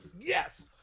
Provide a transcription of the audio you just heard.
Yes